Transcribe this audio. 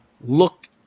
look